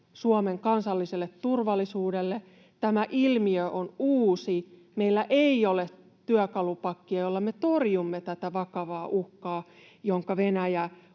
Suomen kansalliselle turvallisuudelle. Tämä ilmiö on uusi, meillä ei ole työkalupakkia, jolla me torjumme tätä vakavaa uhkaa, jonka Venäjä